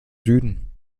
süden